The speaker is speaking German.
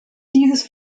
dieses